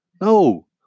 No